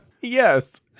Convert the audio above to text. Yes